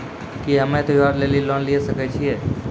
की हम्मय त्योहार लेली लोन लिये सकय छियै?